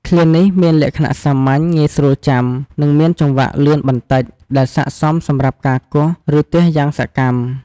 ឃ្លានេះមានលក្ខណៈសាមញ្ញ ងាយស្រួលចាំ និងមានចង្វាក់លឿនបន្តិច ដែលស័ក្តិសមសម្រាប់ការគោះ ឬទះយ៉ាងសកម្ម។